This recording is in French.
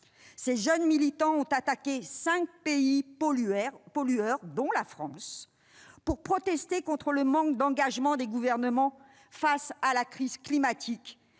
Ces jeunes militants ont attaqué cinq pays pollueurs, dont la France, pour protester contre le manque d'engagement des gouvernements face à la crise climatique